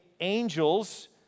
angels